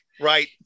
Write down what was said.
Right